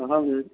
ꯃꯐꯝꯗꯨꯗ